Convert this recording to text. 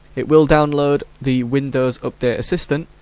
it will download the windows update assistant,